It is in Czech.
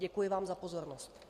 Děkuji vám za pozornost.